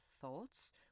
thoughts